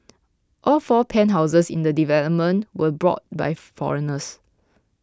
all four penthouses in the development were bought by foreigners